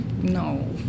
no